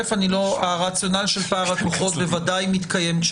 הרציונל של פער הכוחות בוודאי מתקיים.